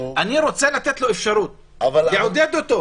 אני רוצה לתת לו אפשרות, לעודד אותו.